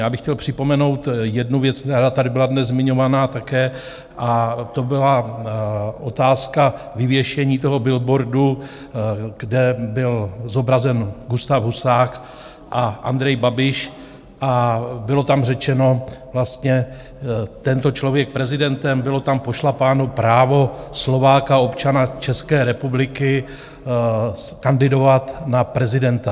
Já bych chtěl připomenout jednu věc, která tady byla zmiňovaná také, a to byla otázka vyvěšení toho billboardu, kde byl zobrazen Gustáv Husák a Andrej Babiš a bylo tam řečeno, vlastně tento člověk prezidentem, bylo tam pošlapáno právo Slováka, občana České republiky, kandidovat na prezidenta.